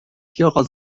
vierer